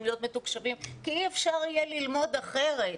להיות מתוקשבים כי אי אפשר יהיה ללמוד אחרת.